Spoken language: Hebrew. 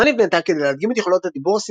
התוכנה נבנתה כדי להדגים את יכולות הדיבור